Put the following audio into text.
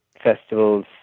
festivals